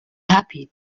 happy